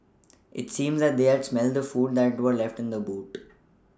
it seemed that they had smelt the food that were left in the boot